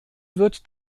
wird